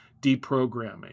deprogramming